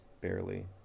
barely